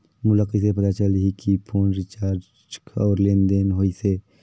मोला कइसे पता चलही की फोन रिचार्ज और लेनदेन होइस हे?